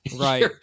right